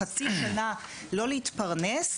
חצי שנה לא התפרנס,